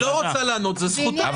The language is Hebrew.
היא לא רוצה לענות, זו זכותה.